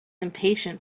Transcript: impatient